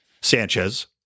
Sanchez